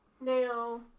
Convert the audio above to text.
Now